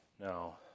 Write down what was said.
now